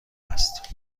هست